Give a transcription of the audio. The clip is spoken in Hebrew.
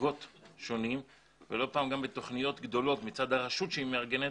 מצגות שונות ולא פעם גם בתוכניות גדולות מצד הרשות שמארגנת,